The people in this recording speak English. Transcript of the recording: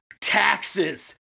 Taxes